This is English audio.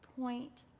point